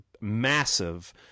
massive